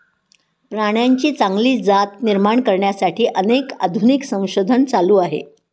प्राण्यांची चांगली जात निर्माण करण्यासाठी अनेक आधुनिक संशोधन चालू आहे